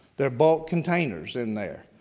they're bulk containers in there.